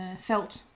felt